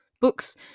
books